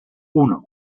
uno